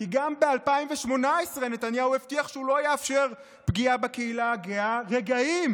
כי גם ב-2018 נתניהו הבטיח שהוא לא יאפשר פגיעה בקהילה הגאה רגעים